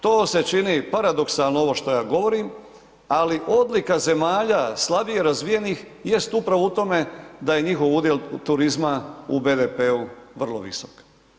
To se čini paradoksalno ovo šta ja govorim, ali odlika zemalja slabije razvijenih jest upravo u tome da je njihov udjel turizma u BDP-u vrlo visok.